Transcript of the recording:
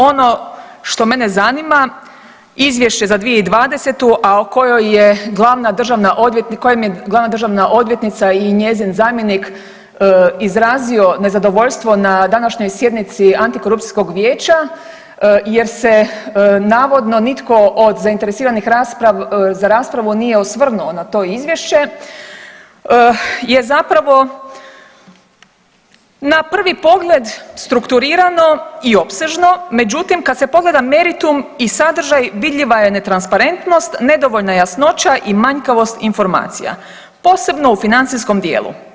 Ono što mene zanima izvješće za 2020., a u kojem je glavna državna odvjetnica i njezin zamjenik izrazio nezadovoljstvo na današnjoj sjednici Antikorupcijskog vijeća jer se navodno nitko od zainteresiranih za raspravu nije osvrnuo na to izvješće je zapravo na prvi pogled strukturirano i opsežno, međutim kad se pogleda meritum i sadržaj vidljiva je netransparentnost, nedovoljna jasnoća i manjkavost informacija, posebno u financijskom dijelu.